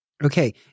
Okay